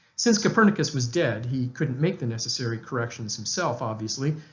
since copernicus was dead he couldn't make the necessary corrections himself, obviously,